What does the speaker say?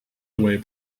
away